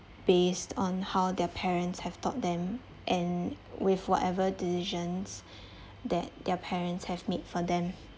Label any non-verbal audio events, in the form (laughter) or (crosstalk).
based on how their parents have taught them and with whatever decisions (breath) that their parents have made for them